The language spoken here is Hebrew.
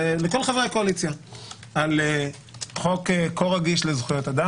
לכל חברי הקואליציה על חוק כה רגיש לזכויות האדם.